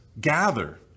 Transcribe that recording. gather